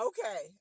Okay